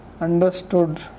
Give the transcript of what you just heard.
understood